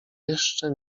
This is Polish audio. jeszcze